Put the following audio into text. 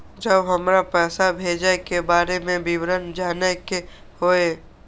जब हमरा पैसा भेजय के बारे में विवरण जानय के होय?